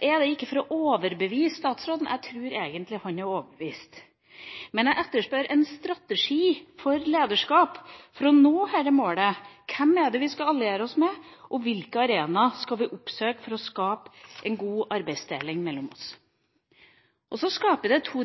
er det ikke for å overbevise statsråden – jeg tror egentlig han er overbevist – men jeg etterspør en strategi for lederskap for å nå dette målet. Hvem er det vi skal alliere oss med, og hvilke arenaer skal vi oppsøke for å skape en god arbeidsdeling mellom oss? Og så skaper det to